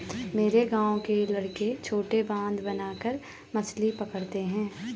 हमारे गांव के लड़के छोटा बांध बनाकर मछली पकड़ते हैं